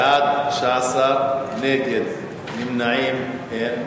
בעד, 19, נגד, נמנעים אין.